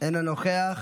אינו נוכח.